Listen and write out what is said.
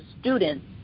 students